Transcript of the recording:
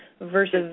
Versus